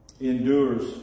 endures